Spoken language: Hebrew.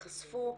ייחשפו,